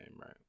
right